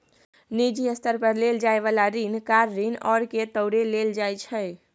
निजी स्तर पर लेल जाइ बला ऋण कार ऋण आर के तौरे लेल जाइ छै